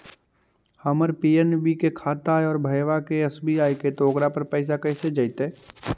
हमर पी.एन.बी के खाता है और भईवा के एस.बी.आई के है त ओकर पर पैसबा कैसे जइतै?